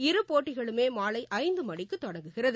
இரு போட்டிகளுமே மாலை ஐந்து மணிக்கு தொடங்குகிறது